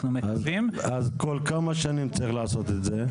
אנחנו מקווים -- אז כל כמה שנים צריך לעשות את זה?